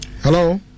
Hello